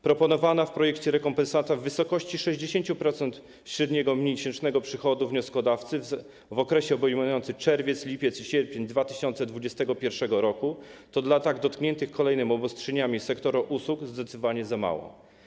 Proponowana w projekcie rekompensata w wysokości 60% średniego miesięcznego przychodu wnioskodawcy w okresie obejmującym czerwiec, lipiec i sierpień 2021 r. to dla tak dotkniętych kolejnymi obostrzeniami sektora usług zdecydowanie za mało.